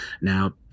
Now